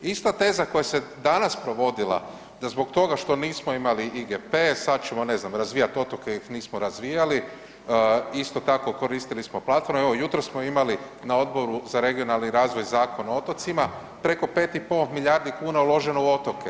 Ista teza koja se danas provodila da zbog toga što nismo imali IGP, sad ćemo, ne znam, razvijati otoke jer ih nismo razvijali, isto tako koristili smo platforme, evo, jutros smo imali na Odboru za regionalni razvoj Zakon o otocima, preko 5,5 milijardi kuna uloženo u otoke.